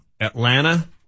Atlanta